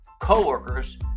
coworkers